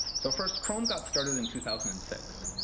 so first, chrome got started in two thousand and six.